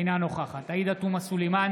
אינה נוכחת עאידה תומא סלימאן,